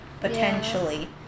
potentially